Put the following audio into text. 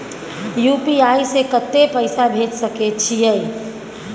UPI से कत्ते पैसा भेज सके छियै?